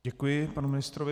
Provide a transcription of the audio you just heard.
Děkuji panu ministrovi.